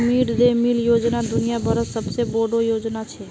mid day meal योजना दुनिया भरत सबसे बोडो योजना छे